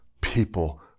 people